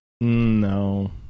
No